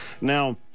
Now